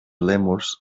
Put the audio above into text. lèmurs